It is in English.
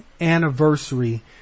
anniversary